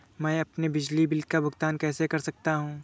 मैं अपने बिजली बिल का भुगतान कैसे कर सकता हूँ?